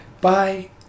bye